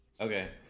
Okay